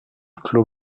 clos